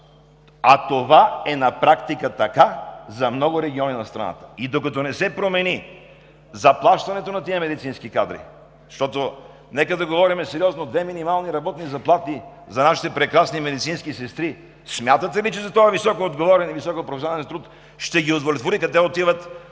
а това на практика е така за много региони в страната. Докато не се промени заплащането на тези медицински кадри, защото нека да говорим сериозно – с две минимални работни заплати за нашите прекрасни медицински сестри, смятате ли, че за този високоотговорен и високопрофесионален труд ще ги удовлетворите? Те отиват с